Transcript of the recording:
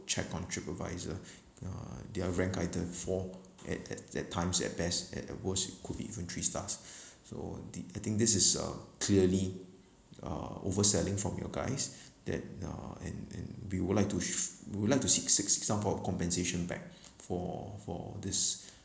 check on TripAdvisor uh they are ranked either four at that that times at best at the worst it could even three stars so the I think this is uh clearly uh over selling from your guys that uh and and we would like to s~ we would like to seek seek seek some of our compensation back for for this